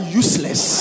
useless